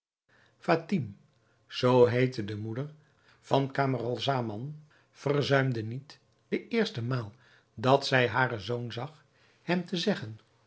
camaralzaman verzuimde niet de eerste maal dat zij haren zoon zag hem te zeggen